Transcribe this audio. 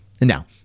Now